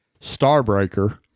Starbreaker